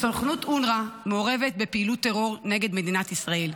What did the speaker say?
סוכנות אונר"א מעורבת בפעילות טרור נגד מדינת ישראל.